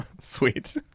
sweet